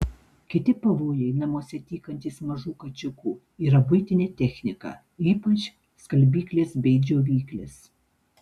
kiti pavojai namuose tykantys mažų kačiukų yra buitinė technika ypač skalbyklės bei džiovyklės